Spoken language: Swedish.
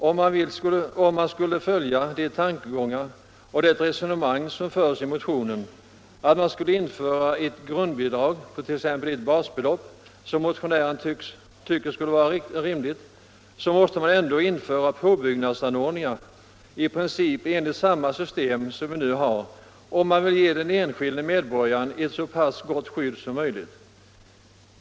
Om man skulle följa motionärens förslag om ett grundbidrag på t.ex. ett basbelopp, måste man ändå införa påbyggnadsanordningar i princip enligt samma system som vi nu har, om man vill ge den enskilde medborgaren ett så gott skydd som möjligt.